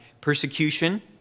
persecution